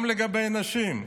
גם לגבי נשים.